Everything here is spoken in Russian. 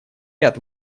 ряд